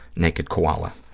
naked koala.